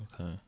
Okay